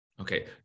Okay